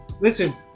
listen